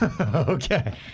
Okay